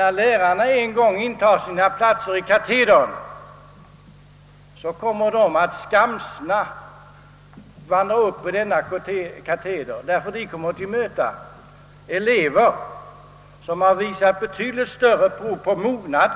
När lärarna en gång intar sina platser kommer de att skamsna vandra upp i katedern, ty de kommer att möta elever som har visat prov på betydligt större mognad